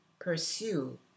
pursue